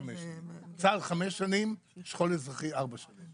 צה"ל זה חמש שנים, שכול אזרחי ארבע שנים.